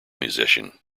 musician